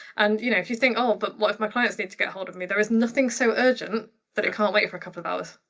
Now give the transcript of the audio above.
and, you know, if you think oh, but what if my clients need to get a hold of me? there is nothing so urgent that it can't wait for a couple of hours.